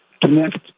connect